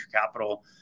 capital